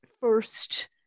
first